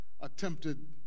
attempted